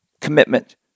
commitment